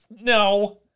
no